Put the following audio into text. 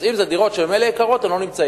אז אם זה דירות יקרות ממילא, הן לא שם.